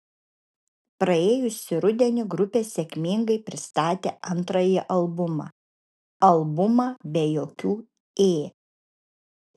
praėjusį rudenį grupė sėkmingai pristatė antrąjį albumą albumą be jokių ė